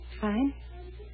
Fine